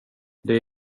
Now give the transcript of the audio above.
det